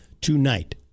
tonight